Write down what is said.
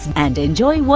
and we